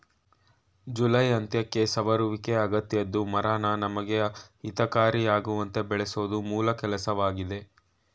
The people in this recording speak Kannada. ಜುಲೈ ಅಂತ್ಯಕ್ಕೆ ಸವರುವಿಕೆ ಅಗತ್ಯದ್ದು ಮರನ ನಮಗೆ ಹಿತಕಾರಿಯಾಗುವಂತೆ ಬೆಳೆಸೋದು ಮೂಲ ಕೆಲ್ಸವಾಗಯ್ತೆ